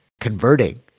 converting